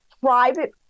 private